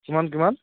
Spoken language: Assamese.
কিমান কিমান